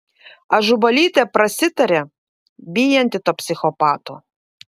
ažubalytė prasitarė bijanti to psichopato